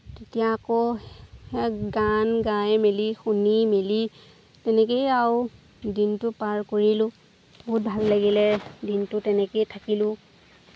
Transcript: তেতিয়া আকৌ গান গাই মেলি শুনি মেলি তেনেকেই আৰু দিনটো পাৰ কৰিলোঁ বহুত ভাল লাগিলে দিনটো তেনেকেই থাকিলোঁ